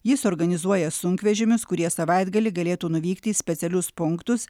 jis organizuoja sunkvežimius kurie savaitgalį galėtų nuvykti į specialius punktus